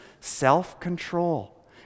self-control